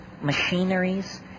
machineries